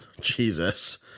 Jesus